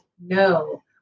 no